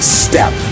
step